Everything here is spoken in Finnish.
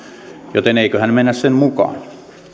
joten eiköhän mennä sen mukaan